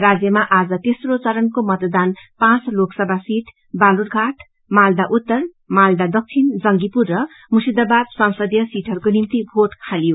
राज्यमा आज तेस्रो चरणाको मतदान पाँच लोकसभा सिट बालुरघाट मालदा उत्तर मालदा दक्षिण मालदा जंगीपुर र मुश्रिदाबाद संसदीय टिहरूको निम्ति भोट हालियो